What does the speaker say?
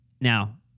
Now